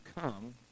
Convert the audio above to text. come